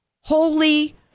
holy